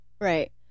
Right